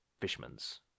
Fishman's